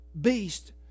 beast